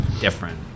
different